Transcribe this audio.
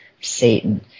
Satan